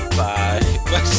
bye